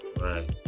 right